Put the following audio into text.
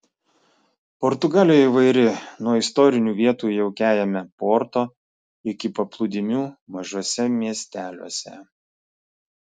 portugalija įvairi nuo istorinių vietų jaukiajame porto iki paplūdimių mažuose miesteliuose